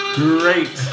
great